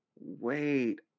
wait